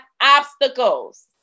obstacles